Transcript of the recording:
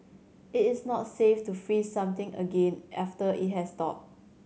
it is not safe to freeze something again after it has thawed